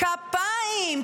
כפיים.